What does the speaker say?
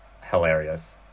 hilarious